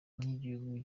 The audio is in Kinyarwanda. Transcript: nk’igihugu